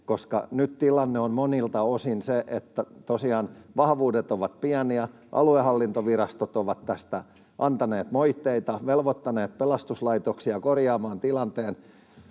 koska nyt tilanne on monilta osin se, että tosiaan vahvuudet ovat pieniä, aluehallintovirastot ovat tästä antaneet moitteita, velvoittaneet pelastuslaitoksia korjaamaan tilanteen.